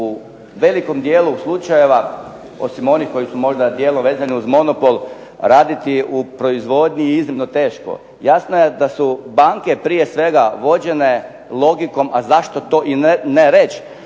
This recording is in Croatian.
u velikom dijelu slučajeva osim onih koji su možda dijelom vezani uz monopol, raditi u proizvodnji je iznimno teško. Jasno je da su banke prije svega vođene logikom a zašto to i ne reći,